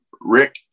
Rick